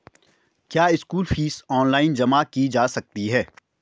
क्या school fees online जमा की जा सकती है?